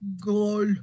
goal